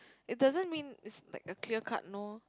it doesn't mean is like a clear cut no